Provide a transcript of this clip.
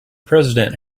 president